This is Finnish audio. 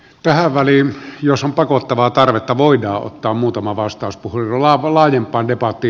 tähän väliin jos on pakottavaa tarvetta voidaan ottaa muutama vastauspuheenvuoro